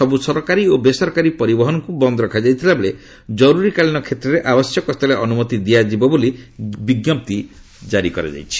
ସବୁ ସରକାରୀ ଓ ବେସରକାରୀ ପରିବହନକୁ ବନ୍ଦ ରଖାଯାଇଥିବା ବେଳେ ଜରୁରୀକାଳୀନ କ୍ଷେତ୍ରରେ ଆବଶ୍ୟକସ୍ଥଳେ ଅନୁମତି ଦିଆଯିବ ବୋଲି ବିଞ୍ଜପ୍ତି ଜାରି କରାଯାଇଛି